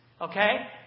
okay